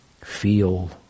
feel